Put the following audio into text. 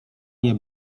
nie